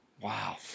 Wow